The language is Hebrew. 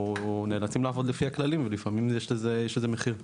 נאלצים לעבוד לפי הכללים ולפעמים יש לזה מחיר.